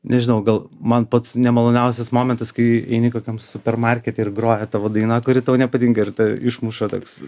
nežinau gal man pats nemaloniausias momentas kai eini kokiam supermarkete ir groja tavo dainą kuri tau nepatinka ir tave išmuša toks